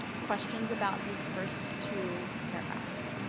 questions about these first two paragraphs?